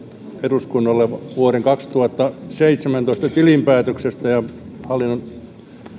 eduskunnalle vuoden kaksituhattaseitsemäntoista tilinpäätöksestä ja